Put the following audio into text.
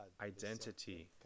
identity